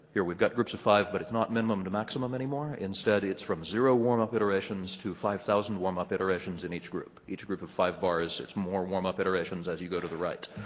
here we've got groups of five, but it's not minimum to maximum anymore instead it's from zero warmup iterations to five thousand warmup iterations in each group. each group of five bars, it's more warmup iterations as you go to the right.